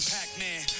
Pac-Man